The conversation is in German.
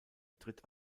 tritt